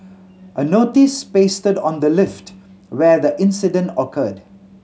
a notice pasted on the lift where the incident occurred